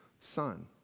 Son